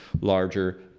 larger